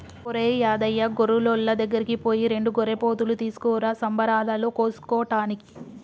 ఒరేయ్ యాదయ్య గొర్రులోళ్ళ దగ్గరికి పోయి రెండు గొర్రెపోతులు తీసుకురా సంబరాలలో కోసుకోటానికి